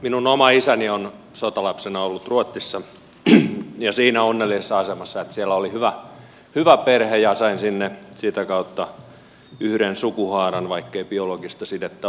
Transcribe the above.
minun oma isäni on sotalapsena ollut ruotsissa ja siinä onnellisessa asemassa että siellä oli hyvä perhe ja sain sinne sitä kautta yhden sukuhaaran vaikkei biologista sidettä olekaan